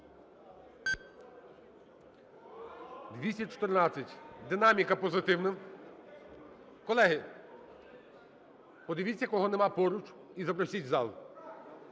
За-214 Динаміка позитивна. Колеги, подивіться, кого нема поруч і запросіть в зал.